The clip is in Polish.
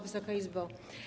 Wysoka Izbo!